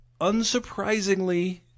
unsurprisingly